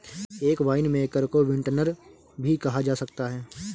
एक वाइनमेकर को विंटनर भी कहा जा सकता है